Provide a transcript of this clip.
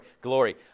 glory